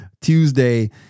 Tuesday